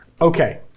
Okay